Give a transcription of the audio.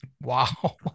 Wow